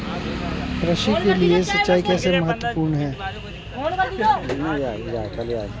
कृषि के लिए सिंचाई कैसे महत्वपूर्ण है?